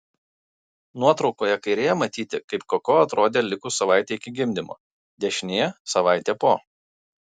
nuotraukoje kairėje matyti kaip koko atrodė likus savaitei iki gimdymo dešinėje savaitė po